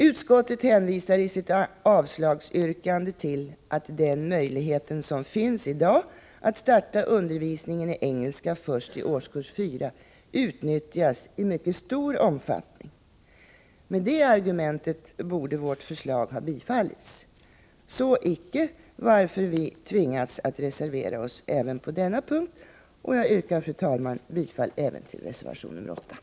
Utskottet hänvisar i sitt avslagsyrkande till att den möjlighet som i dag finns att starta undervisningen i engelska först i årskurs 4 utnyttjas i mycket stor omfattning. Med det argumentet borde vårt förslag ha bifallits. Så icke, varför vi tvingats reservera oss även på denna punkt. Jag yrkar, fru talman, bifall även till reservation 8.